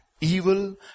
evil